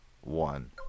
one